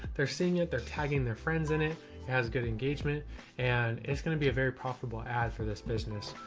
they're seeing it, they're tagging their friends in it as good engagement and it's going to be a very profitable ad for this business,